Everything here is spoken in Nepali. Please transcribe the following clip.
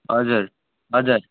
हजुर हजुर